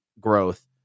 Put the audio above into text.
Growth